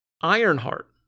Ironheart